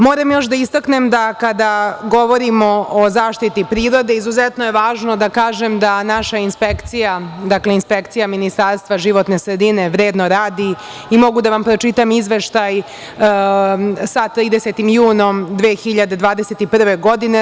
Moram još da istaknem da kada govorimo o zaštiti prirode, izuzetno je važno da kažem da naša inspekcija, inspekcija Ministarstva životne sredine vredno radi i mogu da vam pročitam izveštaj sa 30. junom 2021. godine.